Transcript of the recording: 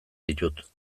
ditut